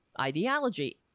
ideology